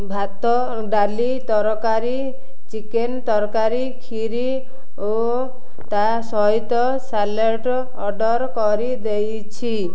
ଭାତ ଡାଲି ତରକାରୀ ଚିକେନ ତରକାରୀ କ୍ଷିରୀ ଓ ତା ସହିତ ସାଲାଡ଼ ଅର୍ଡ଼ର କରିଦେଇଛି